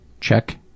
Check